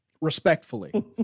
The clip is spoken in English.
respectfully